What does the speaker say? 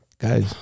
Guys